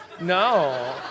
No